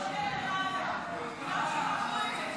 וכל מי שמנסה לומר לו מילה הוא מייד